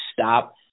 stop